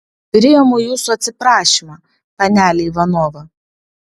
priimu jūsų atsiprašymą panele ivanova